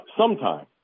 sometime